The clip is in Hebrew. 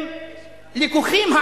הם לקוחים,